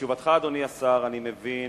אדוני שר המשפטים,